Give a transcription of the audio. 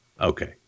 Okay